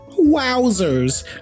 Wowzers